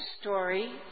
story